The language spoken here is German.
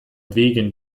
wegen